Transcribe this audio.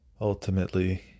Ultimately